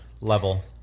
level